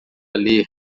ler